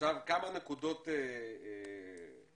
עכשיו כמה נקודות קטנות.